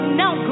now